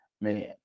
man